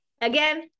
Again